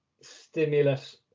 stimulus